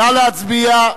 נא להצביע.